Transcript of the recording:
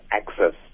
access